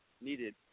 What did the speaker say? needed